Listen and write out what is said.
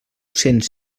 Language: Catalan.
cents